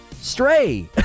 Stray